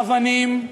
אבנים,